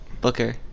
Booker